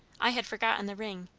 i had forgotten the ring,